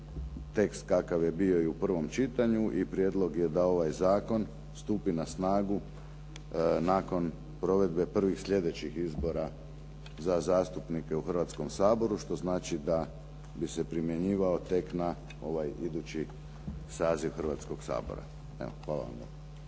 tekst kakav je bio u prvom čitanju. I prijedlog je da ovaj zakon stupi na snagu nakon provedbe privih sljedećih izbora za zastupnike u Hrvatskom saboru, što znači da bi se primjenjivao tek na ovaj idući saziv Hrvatskog sabora. Evo, hvala